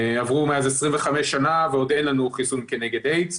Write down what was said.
עברו מאז 25 שנה, ועוד אין לנו חיסון כנגד איידס.